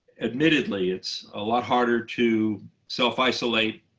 admittedly, it's a lot harder to self-isolate